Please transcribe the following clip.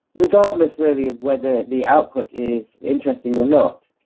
regardless really of whether the output is interesting or not.